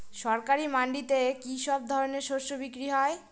সরকারি মান্ডিতে কি সব ধরনের শস্য বিক্রি হয়?